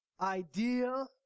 idea